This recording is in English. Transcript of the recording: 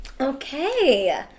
Okay